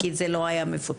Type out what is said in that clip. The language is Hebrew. כי זה לא היה מפותח.